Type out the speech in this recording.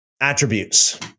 attributes